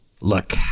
Look